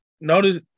Notice